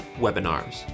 webinars